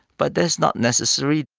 but that's not necessary,